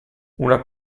una